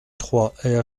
trois